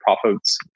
profits